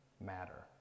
matter